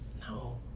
No